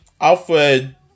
Alfred